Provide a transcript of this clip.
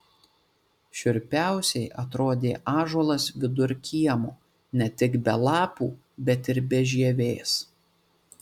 šiurpiausiai atrodė ąžuolas vidur kiemo ne tik be lapų bet ir be žievės